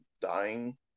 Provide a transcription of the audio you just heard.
dying